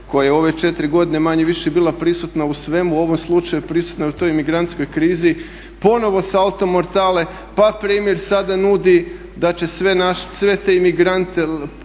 koja je u ove 4 godine manje-više bila prisutna u svemu. U ovom slučaju prisutna je u toj imigrantskoj krizi, ponovno salto mortale. Pa premijer sada nudi da će sve te imigrante